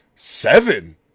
Seven